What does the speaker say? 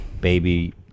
Baby